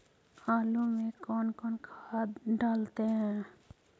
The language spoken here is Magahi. आलू में कौन कौन खाद डालते हैं?